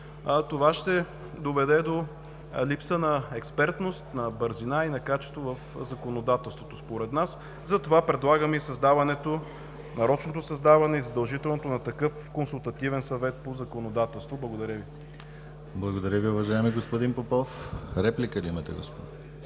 това ще доведе до липса на експертност, на бързина и качество в законодателството според нас. Затова предлагам и създаването, нарочното и задължителното създаване на такъв Консултативен съвет по законодателство. Благодаря Ви. ПРЕДСЕДАТЕЛ ДИМИТЪР ГЛАВЧЕВ: Благодаря Ви, уважаеми господин Попов. Реплика ли имате, господине?